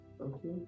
okay